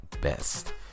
best